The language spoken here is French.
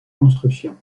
construction